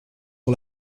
sur